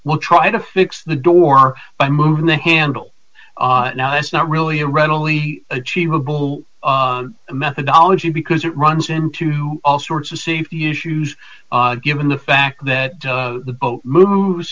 we'll try to fix the door by moving the handle now it's not really a readily achievable methodology because it runs into all sorts of safety issues given the fact that the boat moves